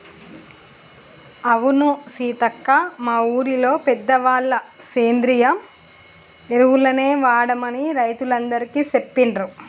అవును సీతక్క మా ఊరిలో పెద్దవాళ్ళ సేంద్రియ ఎరువులనే వాడమని రైతులందికీ సెప్పిండ్రు